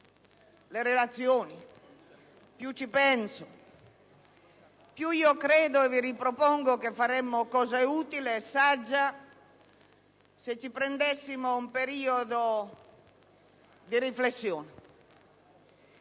le relazioni, più ci penso e più mi convinco che faremmo cosa utile e saggia se ci prendessimo un periodo di riflessione,